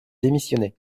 démissionner